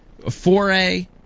4A